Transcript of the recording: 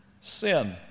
sin